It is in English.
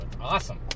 Awesome